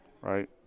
right